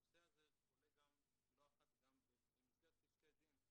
הנושא הזה עולה לא אחת גם במסגרת פסקי דין.